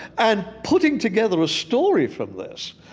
and putting together a story from this.